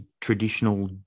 traditional